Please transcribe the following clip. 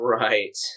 right